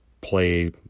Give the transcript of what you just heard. play